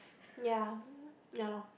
ya ya loh